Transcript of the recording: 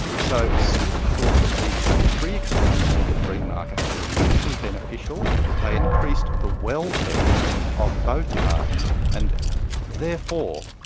so smith thought that these free exchanges in the free market were mutually beneficial they increased the welfare of both parties, and therefore,